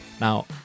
Now